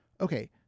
okay